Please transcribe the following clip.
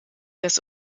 das